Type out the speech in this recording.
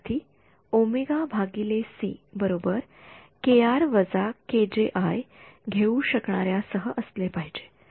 विद्यार्थीः ओमेगा भागिले सी बरोबर केआर वजा जेकेआय घेऊ शकणाऱ्यासह असले पाहिजे